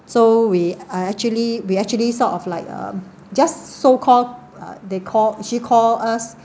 so we I actually we actually sort of like um just so called uh they called she call us